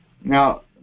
Now